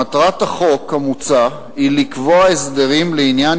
מטרת החוק המוצע היא לקבוע הסדרים לעניין